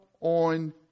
on